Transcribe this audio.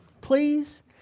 Please